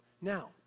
Now